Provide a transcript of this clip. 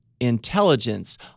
intelligence